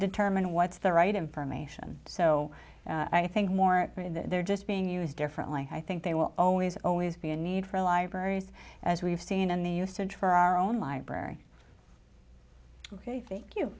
determine what's the right information so i think more they're just being used differently i think they will always always be a need for libraries as we've seen in the usage for our own library ok thank